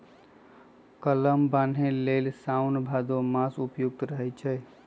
कलम बान्हे लेल साओन भादो मास उपयुक्त रहै छै